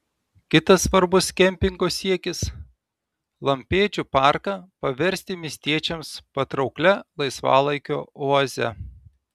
kitas svarbus kempingo siekis lampėdžių parką paversti miestiečiams patrauklia laisvalaikio oaze